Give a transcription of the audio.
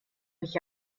mich